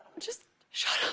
just shut